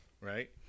right